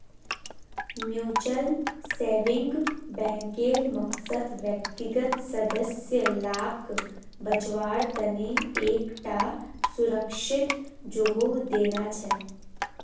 mutual savings बैंकेर मकसद व्यक्तिगत सदस्य लाक बच्वार तने एक टा सुरक्ष्हित जोगोह देना छे